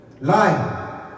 lie،